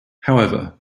however